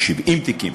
70 תיקים,